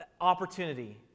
opportunity